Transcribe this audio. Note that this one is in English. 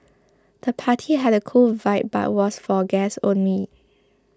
the party had a cool vibe but was for guests only